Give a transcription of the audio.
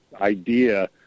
idea